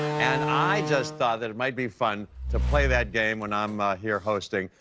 and i just thought that it might be fun to play that game when i'm here hosting.